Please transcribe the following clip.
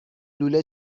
لوله